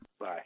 Bye